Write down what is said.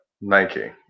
Nike